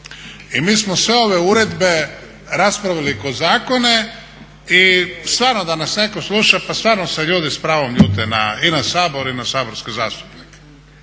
i mi smo sve ove uredbe raspravili kao zakone i stvarno da nas netko sluša, pa stvarno se ljudi s pravom ljute i na sabor i na saborske zastupnike.